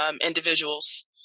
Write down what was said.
individuals